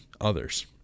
others